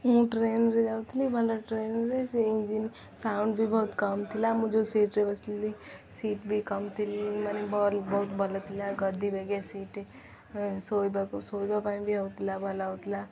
ମୁଁ ଟ୍ରେନରେ ଯାଉଥିଲି ଭଲ ଟ୍ରେନରେ ସେ ଇଞ୍ଜିନ୍ ସାଉଣ୍ଡ ବି ବହୁତ କମ୍ ଥିଲା ମୁଁ ଯେଉଁ ସିଟ୍ରେ ବସିଥିଲି ସିଟ୍ ବି କମ୍ ଥିଲ ମାନେ ଭଲ ବହୁତ ଭଲ ଥିଲା ଗଦି ବାଗିଆ ସିଟ୍ ଶୋଇବାକୁ ଶୋଇବା ପାଇଁ ବି ହେଉଥିଲା ଭଲ ହେଉଥିଲା